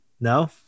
No